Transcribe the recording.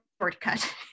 shortcut